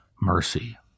mercy